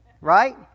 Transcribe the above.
Right